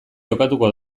jokatuko